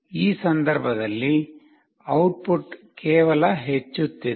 ಈ ಸಂದರ್ಭದಲ್ಲಿ ಔಟ್ಪುಟ್ ಕೇವಲ ಹೆಚ್ಚುತ್ತಿದೆ